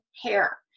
hair